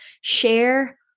Share